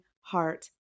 heart